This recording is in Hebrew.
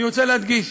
אני רוצה להדגיש: